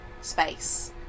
space